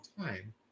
time